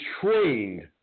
trained